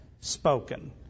spoken